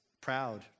proud